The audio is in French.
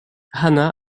hannah